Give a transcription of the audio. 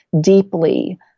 deeply